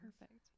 Perfect